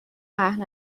پهن